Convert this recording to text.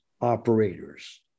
operators